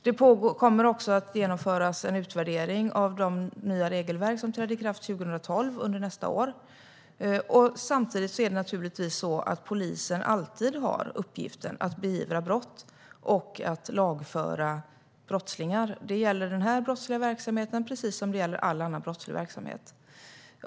Det kommer också att genomföras en utvärdering under nästa år av de nya regelverk som trädde i kraft 2012. Samtidigt är det naturligtvis så att polisen alltid har uppgiften att beivra brott och lagföra brottslingar. Det gäller den här brottsliga verksamheten precis som all annan brottslig verksamhet.